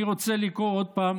אני רוצה לקרוא עוד פעם